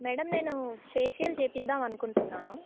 madam నేను facial చేయించుకుందాంమనుకుంటున్నాను